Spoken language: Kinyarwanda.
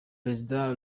perezida